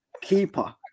Keeper